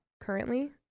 currently